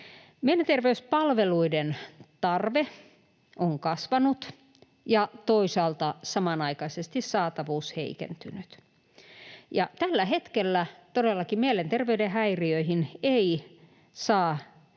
Mielenterveyspalveluiden tarve on kasvanut ja toisaalta samanaikaisesti saatavuus heikentynyt. Tällä hetkellä todellakaan mielenterveyden häiriöihin ei saa